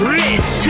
rich